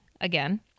again